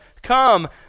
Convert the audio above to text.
Come